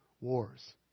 Wars